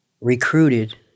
recruited